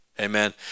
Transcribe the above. Amen